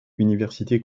université